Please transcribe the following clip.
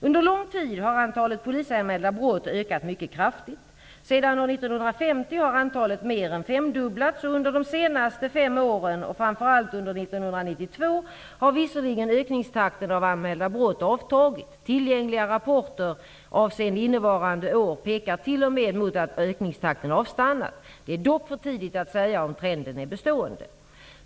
Under lång tid har antalet polisanmälda brott ökat mycket kraftigt. Sedan år 1950 har antalet mer än femdubblats. Under de senaste fem åren, framför allt under år 1992, har visserligen ökningstakten för antalet anmälda brott avtagit. Tillgängliga rapporter avseende innevarande år pekar t.o.m. mot att ökningstakten avstannat. Det är dock för tidigt att säga om trenden är bestående.